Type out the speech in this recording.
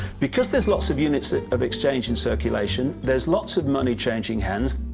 because there's lots of units of exchange in circulation, there's lots of money changing hands,